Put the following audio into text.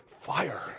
fire